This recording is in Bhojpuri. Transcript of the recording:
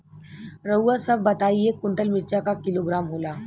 रउआ सभ बताई एक कुन्टल मिर्चा क किलोग्राम होला?